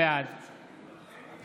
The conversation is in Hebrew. בעד מירי מרים רגב, בעד משה רוט, בעד שמחה